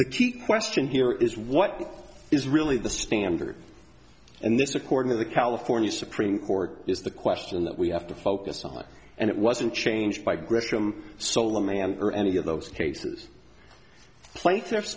key question here is what is really the standard and this according to the california supreme court is the question that we have to focus on and it wasn't changed by gresham soloman or any of those cases plaintiffs